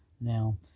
Now